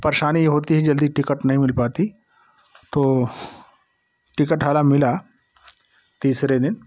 परेशानी होती है जल्दी टिकट नहीं हो मिल पाती तो टिकट हमारा मिला तीसरे दिन